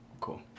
Cool